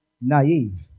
naive